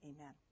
amen